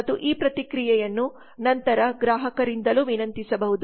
ಮತ್ತು ಈ ಪ್ರತಿಕ್ರಿಯೆಯನ್ನು ನಂತರ ಗ್ರಾಹಕರಿಂದಲೂ ವಿನಂತಿಸಬಹುದು